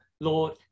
Lord